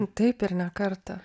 taip ir ne kartą